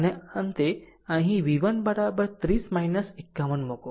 અને અંતે અહીં v1 30 51 મૂકો